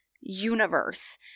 universe